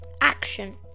Action